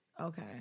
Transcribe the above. Okay